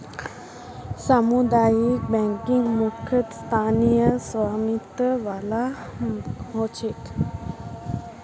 सामुदायिक बैंकिंग मुख्यतः स्थानीय स्वामित्य वाला ह छेक